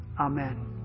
Amen